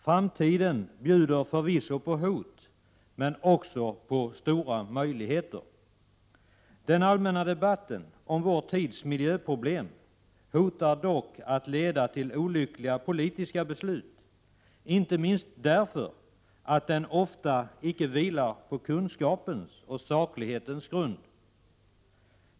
Framtiden bjuder förvisso på hot, men också på stora möjligheter. Den allmänna debatten om vår tids miljöproblem hotar dock att leda till olyckliga politiska beslut — inte minst därför att den ofta icke vilar på kunskapens och saklighetens grund.